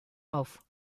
auf